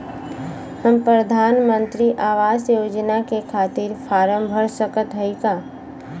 हम प्रधान मंत्री आवास योजना के खातिर फारम भर सकत हयी का?